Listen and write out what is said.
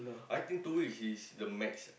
I think two weeks is the max